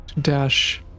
dash